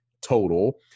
total